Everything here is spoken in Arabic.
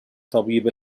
طبيب